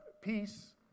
peace